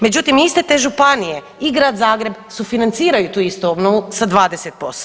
Međutim, iste te županije i Grad Zagreb sufinanciraju tu istu obnovu sa 20%